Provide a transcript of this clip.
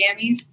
jammies